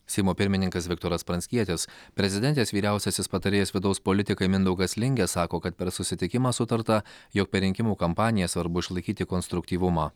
seimo pirmininkas viktoras pranckietis prezidentės vyriausiasis patarėjas vidaus politikai mindaugas lingė sako kad per susitikimą sutarta jog per rinkimų kampaniją svarbu išlaikyti konstruktyvumą